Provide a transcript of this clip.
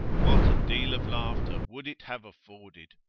what a deal of laughter would it have afforded?